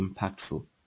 impactful